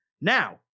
Now